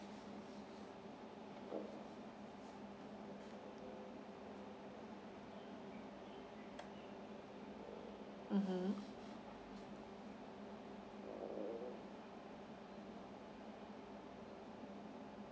mmhmm